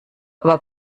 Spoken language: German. aber